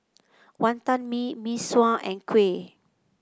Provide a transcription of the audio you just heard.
Wantan Mee Mee Sua and kuih